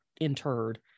interred